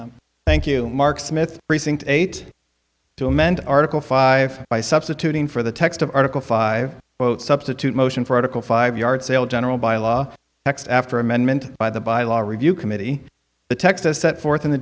amendment thank you mark smith precinct eight to amend article five by substituting for the text of article five both substitute motion for article five yard sale general byelaw text after amendment by the by law review committee the text as set forth in the